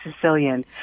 Sicilian